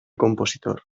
compositor